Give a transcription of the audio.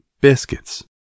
biscuits